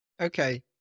Okay